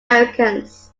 americans